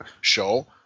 show